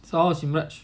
so how was himraj